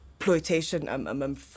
exploitation